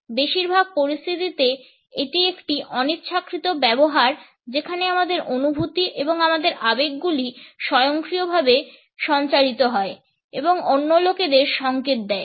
বেশিরভাগ পরিস্থিতিতে এটি একটি অনিচ্ছাকৃত ব্যবহার যেখানে আমাদের অনুভূতি এবং আমাদের আবেগগুলি স্বয়ংক্রিয়ভাবে সঞ্চারিত হয় এবং অন্য লোকেদেরকে সংকেত দেয়